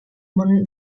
món